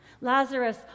Lazarus